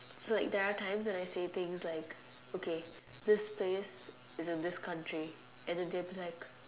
so like there are times when I say things like okay this place as in this country and they'll be like